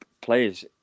players